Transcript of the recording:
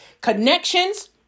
connections